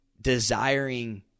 desiring